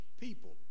people